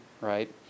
right